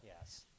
Yes